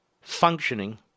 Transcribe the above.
functioning